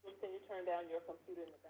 can you turn down your computer?